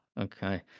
Okay